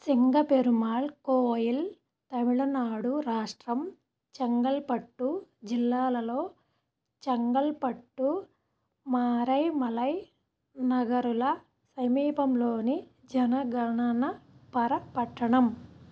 సింగ పెరుమాళ్ కోయిల్ తమిళనాడు రాష్ట్రం చెంగల్పట్టు జిల్లాలో చెంగల్పట్టు మరైమలై నగర్ల సమీపంలోని జనగణనపర పట్టణం